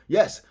Yes